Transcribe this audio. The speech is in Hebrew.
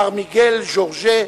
מר מיגל ז'ורז'ה,